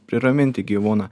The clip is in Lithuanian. priraminti gyvūną